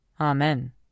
Amen